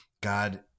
God